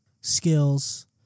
skills